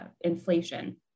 inflation